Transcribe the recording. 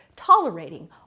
tolerating